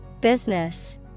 Business